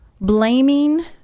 Blaming